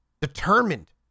determined